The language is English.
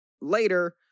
later